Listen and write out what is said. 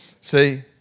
See